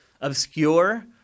obscure